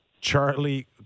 Charlie